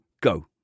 Go